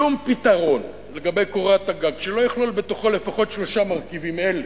שום פתרון לגבי קורת הגג שלא יכלול בתוכו לפחות שלושה מרכיבים אלה,